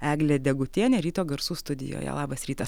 eglė degutienė ryto garsų studijoje labas rytas